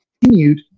continued